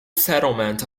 settlement